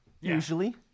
Usually